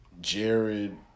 Jared